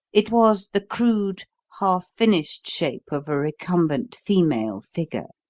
it was the crude, half-finished shape of a recumbent female figure,